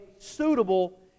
suitable